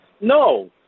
no